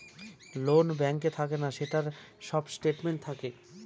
loan ব্যাঙ্কে থাকে না, সেটার সব স্টেটমেন্ট থাকে